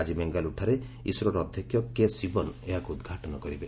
ଆଜି ବେଙ୍ଗାଲୁରୁଠାରେ ଇସ୍ରୋର ଅଧ୍ୟକ୍ଷ କେଶିବନ୍ ଏହାକୁ ଉଦ୍ଘାଟନ କରିବେ